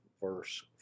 verse